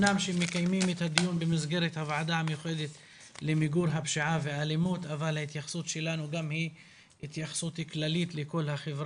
הוועדה קוראת לפרקליטות המדינה לקיים שולחן עגול לפרקליטות המדינה,